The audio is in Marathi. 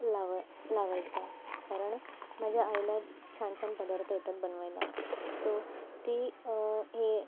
लाव लावायचा कारण माझ्या आईला छान छान पदार्थ येतात बनवायला सो ती हे